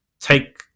take